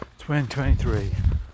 2023